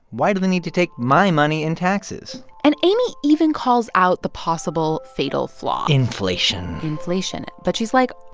why do they need to take my money in taxes? and amy even calls out the possible fatal flaw. inflation. inflation. but she's like,